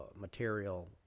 material